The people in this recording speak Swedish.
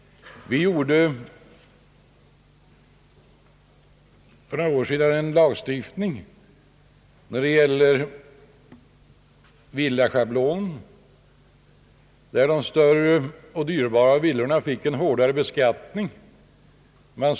För några år sedan antog vi en lagstiftning beträffande schabloner för villabeskattningen, varigenom =<större och dyrbarare villor kom att beskattas hårdare.